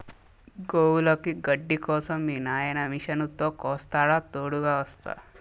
గోవులకి గడ్డి కోసం మీ నాయిన మిషనుతో కోస్తాడా తోడుగ వస్తా